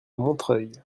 montreuil